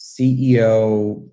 CEO